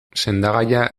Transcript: sendagaia